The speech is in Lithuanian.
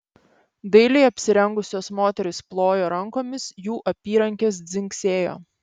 dailiai apsirengusios moterys plojo rankomis jų apyrankės dzingsėjo